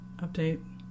update